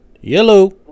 yellow